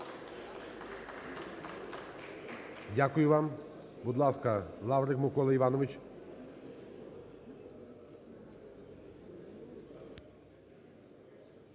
Дякую вам. Будь ласка, Лаврик Микола Іванович.